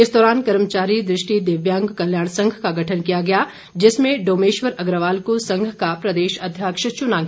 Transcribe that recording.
इस दौरान कर्मचारी दृष्टि दिव्यांग कल्याण संघ का गठन किया गया जिसमें डोमेशवर अग्रवाल को संघ का प्रदेश अध्यक्ष चुना गया